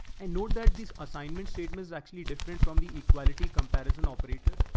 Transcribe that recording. and note that this assignment statement is actually different from the equality comparison operator.